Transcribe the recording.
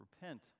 Repent